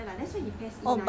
don't know